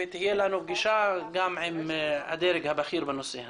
ותהיה לנו פגישה גם עם הדרג הבכיר בנושא הזה.